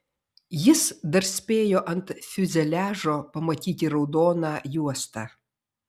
jis dar spėjo ant fiuzeliažo pamatyti raudoną juostą